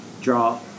draw